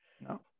no